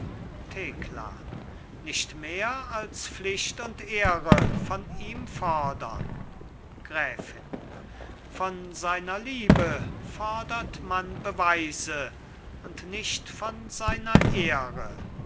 thekla nicht mehr als pflicht und ehre von ihm fodern gräfin von seiner liebe fodert man beweise und nicht von seiner ehre